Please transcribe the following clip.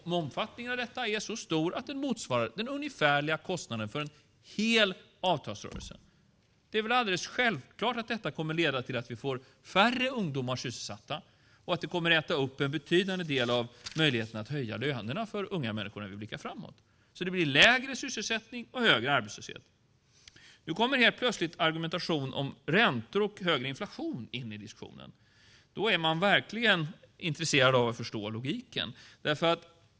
Om omfattningen av det är så stor att det motsvarar den ungefärliga kostnaden för en hel avtalsrörelse är det självklart att det kommer att leda till färre sysselsatta ungdomar och att det kommer att äta upp möjligheten att höja lönerna för unga människor. Det blir alltså lägre sysselsättning och högre arbetslöshet. Nu kommer plötsligt en argumentation om räntor och högre inflation in i diskussionen. Då är det verkligen intressant att förstå logiken.